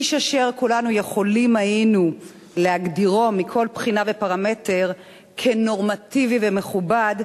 איש אשר כולנו יכולים היינו להגדירו מכל בחינה ופרמטר כנורמטיבי ומכובד,